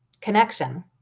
connection